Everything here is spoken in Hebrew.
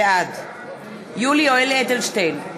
בעד יולי יואל אדלשטיין,